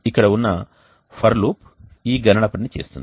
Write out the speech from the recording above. ఇక్కడ ఉన్న for loop ఈ గణన పనిని చేస్తుంది